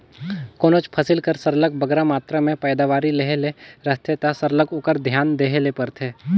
कोनोच फसिल कर सरलग बगरा मातरा में पएदावारी लेहे ले रहथे ता सरलग ओकर धियान देहे ले परथे